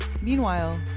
Meanwhile